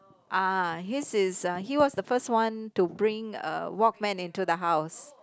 ah his is uh he was the first one to bring uh Walkman into the house